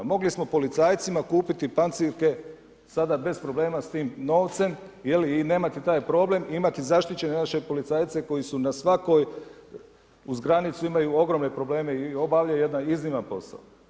Mogli smo policajcima kupiti pancirke, sada bez problema s tim novcem i nemati taj problem, imati zaštićen naše policajce koji su na svakoj uz granicu imaju ogromne probleme i obavljaju jedan izniman posao.